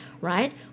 right